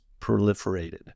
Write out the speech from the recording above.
proliferated